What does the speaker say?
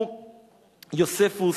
הוא, יוספוס,